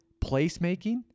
placemaking